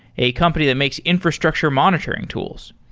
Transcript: a company that makes infrastructure monitoring tools.